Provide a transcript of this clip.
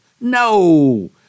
No